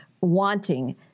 wanting